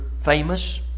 famous